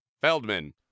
Feldman